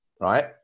Right